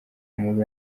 mubi